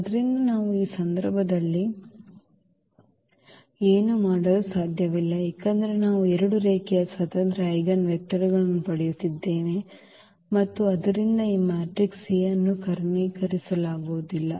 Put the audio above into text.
ಆದ್ದರಿಂದ ನಾವು ಈ ಸಂದರ್ಭದಲ್ಲಿ ಮಾಡಲು ಸಾಧ್ಯವಿಲ್ಲ ಏಕೆಂದರೆ ನಾವು 2 ರೇಖೀಯ ಸ್ವತಂತ್ರ ಐಜೆನ್ವೆಕ್ಟರ್ಗಳನ್ನು ಪಡೆಯುತ್ತಿದ್ದೇವೆ ಮತ್ತು ಆದ್ದರಿಂದ ಈ ಮ್ಯಾಟ್ರಿಕ್ಸ್ A ಅನ್ನು ಕರ್ಣೀಕರಿಸಲಾಗುವುದಿಲ್ಲ